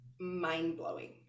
mind-blowing